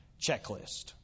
checklist